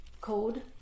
code